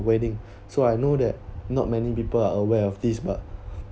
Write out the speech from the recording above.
wedding so I know that not many people are aware of this but